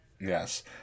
Yes